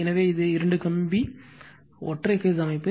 எனவே இது இரண்டு கம்பி ஒற்றை பேஸ் அமைப்பு